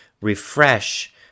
Refresh